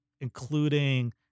including